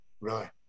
Right